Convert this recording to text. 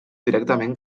directament